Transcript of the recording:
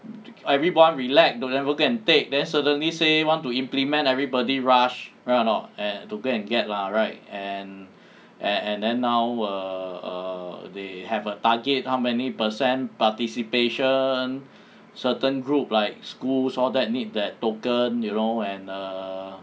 everyone relax never go and take then suddenly say want to implement everybody rush right a not and to go and get lah right and and then now err err they have a target how many percent participation certain group like schools or that need that token you know and err